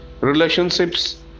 relationships